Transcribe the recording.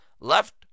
left